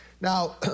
Now